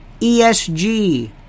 ESG